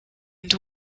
and